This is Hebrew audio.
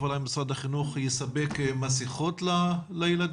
פעולה עם משרד החינוך יספק מסכות לתלמידים?